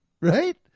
right